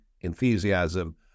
enthusiasm